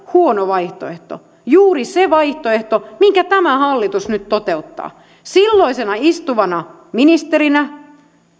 huono vaihtoehto juuri se vaihtoehto minkä tämä hallitus nyt toteuttaa silloisena istuvana ministerinä